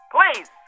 Please